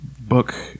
book